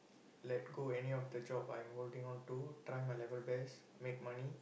let go any of the job I'm holding on to try my level best make money